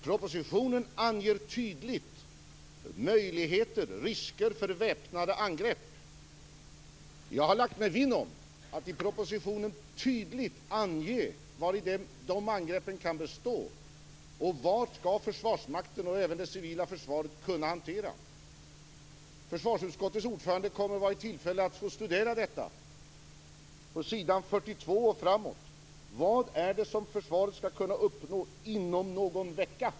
Propositionen anger tydligt möjligheter och risker för väpnade angrepp. Jag har lagt mig vinn om att i propositionen tydligt ange vari de angreppen kan bestå och vad Försvarsmakten och även det civila försvaret ska kunna hantera. Försvarsutskottets ordförande kommer att få tillfälle att studera detta på s. 42 och framåt. Där står det vad försvaret ska kunna uppnå inom någon vecka.